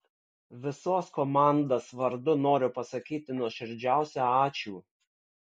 visos komandas vardu noriu pasakyti nuoširdžiausią ačiū